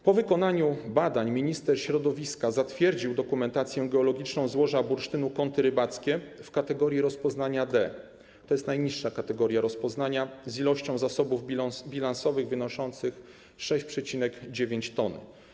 Po wykonaniu badań minister środowiska zatwierdził dokumentację geologiczną złoża bursztynu Kąty Rybackie w kategorii rozpoznania D, to jest najniższa kategoria rozpoznania, z ilością zasobów bilansowych wynoszących 6,9 t.